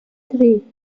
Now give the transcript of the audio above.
three